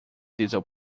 diesel